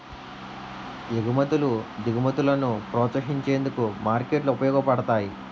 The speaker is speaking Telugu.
ఎగుమతులు దిగుమతులను ప్రోత్సహించేందుకు మార్కెట్లు ఉపయోగపడతాయి